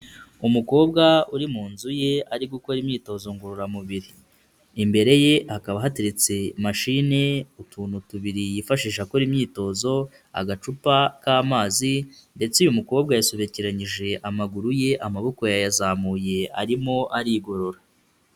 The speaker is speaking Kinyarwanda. Umukobwa uri mu nzu ye ari gukora imyitozo ngororamubiri. Imbere ye hakaba hateretse mashine, utuntu tubiri yifashisha akora imyitozo, agacupa k'amazi, ndetse uyu mukobwa yasobekeranyije amaguru ye, amaboko yayazamuye arimo arigorora.